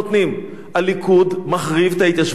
הליכוד מחריב את ההתיישבות ביהודה ושומרון.